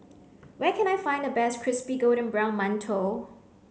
where can I find the best crispy golden brown Mantou